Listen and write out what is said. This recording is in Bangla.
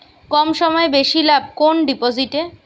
কম সময়ে বেশি লাভ কোন ডিপোজিটে?